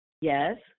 Yes